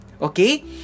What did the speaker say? Okay